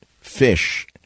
fish